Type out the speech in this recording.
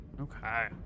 Okay